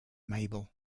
mabel